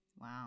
Wow